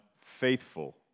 faithful